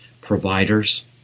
providers